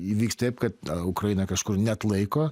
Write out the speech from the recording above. įvyks taip kad ukraina kažkur neatlaiko